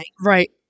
Right